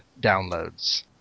downloads